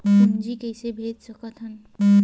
पूंजी कइसे भेज सकत हन?